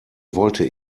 wollte